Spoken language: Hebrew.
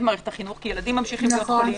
מערכת החינוך כי ילדים ממשיכים להיות חולים.